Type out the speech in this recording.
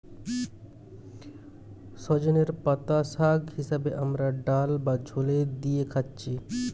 সজনের পাতা শাগ হিসাবে আমরা ডাল বা ঝোলে দিয়ে খাচ্ছি